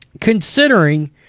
considering